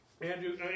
Andrew